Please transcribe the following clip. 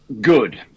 good